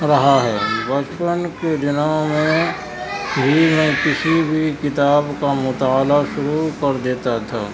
رہا ہے بچپن کے دنوں میں بھی میں کسی بھی کتاب کا مطالعہ شروع کر دیتا تھا